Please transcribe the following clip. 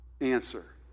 answer